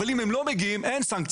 אבל אם הם לא מגיעים אין סנקציה.